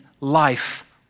life